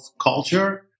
culture